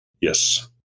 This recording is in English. Yes